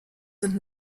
sind